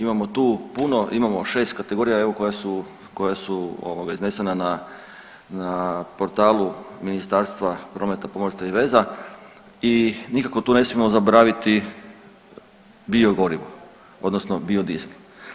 Imamo tu puno, imamo šest kategorija evo koja su iznesena na portalu Ministarstva prometa, pomorstva i veza i nikako tu ne smijemo zaboraviti biogorivo, odnosno biodiesel.